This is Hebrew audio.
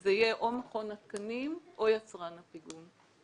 זה יהיה או מכון התקנים או יצרן הפיגום.